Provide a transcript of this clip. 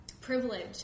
privilege